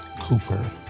Cooper